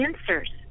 answers